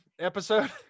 episode